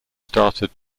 started